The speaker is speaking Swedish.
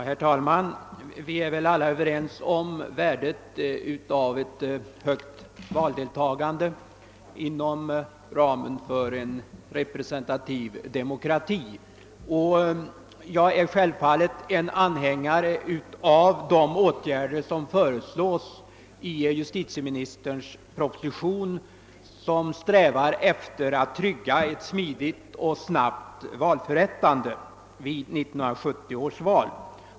Herr talman! Vi är väl alla överens om värdet av ett högt valdeltagande inom ramen för en representativ demokrati. Jag är självfallet anhängare av de åtgärder som föreslås i justitieministerns proposition, vilka strävar efter att trygga ett smidigt och snabbt valförrättande vid 1970 års val.